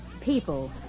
people